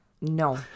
No